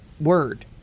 word